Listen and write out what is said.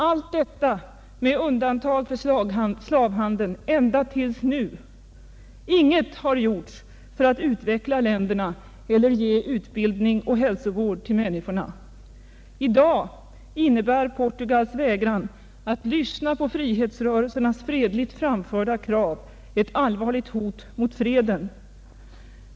Allt detta, med undantag för slavhandeln, ända tills nu. Inget har gjorts för alt utveckla länderna och ge utbildning och hälsovärd till människorna. I dag innebär Portugals vägran att lyssna på frihetsrörelsernas fredligt framförda krav ett allvarligt hot mot freden.